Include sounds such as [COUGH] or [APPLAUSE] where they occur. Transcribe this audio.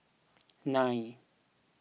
[NOISE] nine